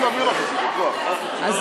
בסדר, מנסים להעביר לך את זה בכוח, מה את רוצה?